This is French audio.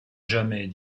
jamais